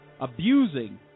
abusing